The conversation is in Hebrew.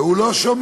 והוא לא שומע,